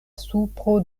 supro